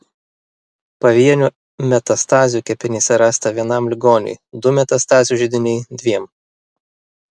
pavienių metastazių kepenyse rasta vienam ligoniui du metastazių židiniai dviem